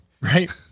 Right